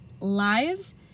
lives